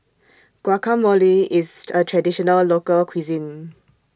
Guacamole IS A Traditional Local Cuisine